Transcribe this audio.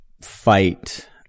fight